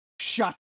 shut